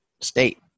state